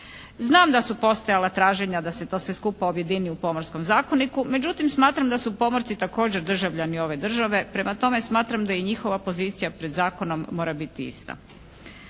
Znam da su postojala traženja da se to sve skupa objedini u Pomorskom zakoniku, međutim smatram da su pomorci također državljani ove države. Prema tome smatram da je i njihova pozicija pred zakonom mora biti ista.